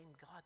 God